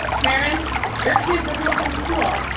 parents, if your kids are home from school,